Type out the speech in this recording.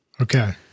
Okay